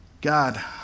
God